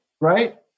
right